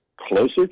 closer